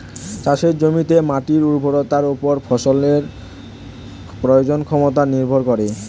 চাষের জমিতে মাটির উর্বরতার উপর ফসলের প্রজনন ক্ষমতা নির্ভর করে